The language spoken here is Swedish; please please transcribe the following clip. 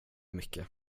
mycket